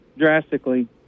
drastically